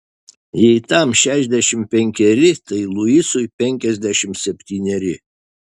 jei tam šešiasdešimt penkeri tai luisui penkiasdešimt septyneri